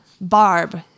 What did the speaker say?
Barb